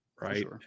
Right